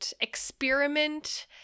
experiment